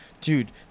dude